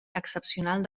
excepcional